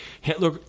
Hitler